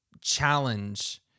challenge